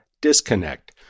disconnect